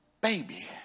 baby